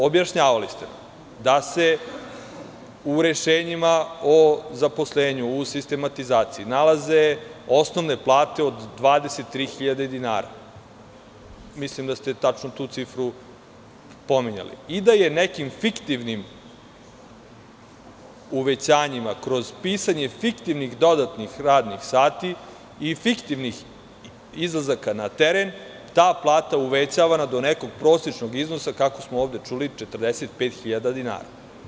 Objašnjavali ste nam da se u rešenjima o zaposlenju i u sistematizaciji nalaze osnovne plate od 23.000 dinara, mislim da ste tačno tu cifru pominjali, i da je nekim fiktivnim uvećanjima, kroz pisanje fiktivnih, dodatnih radnih sati i fiktivnih izlazaka na teren, ta plata uvećavana do nekog prosečnog iznosa, kako smo ovde čuli, 45.000 dinara.